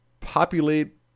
populate